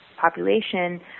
population